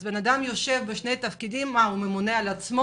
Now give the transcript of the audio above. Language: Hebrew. אז הוא ממונה על עצמו?